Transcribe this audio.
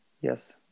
Yes